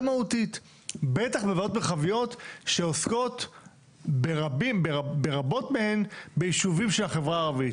בטח בוועדות מרחביות שעוסקות ברבות מהן בישובים של החברה הערבית.